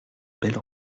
belle